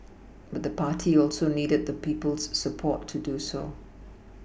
but the party also needed the people's support to do so